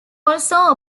also